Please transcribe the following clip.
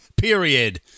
Period